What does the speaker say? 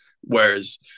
whereas